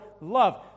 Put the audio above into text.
love